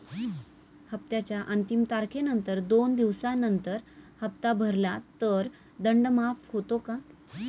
हप्त्याच्या अंतिम तारखेनंतर दोन दिवसानंतर हप्ता भरला तर दंड माफ होतो का?